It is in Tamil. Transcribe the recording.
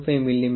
25 மி